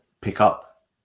pickup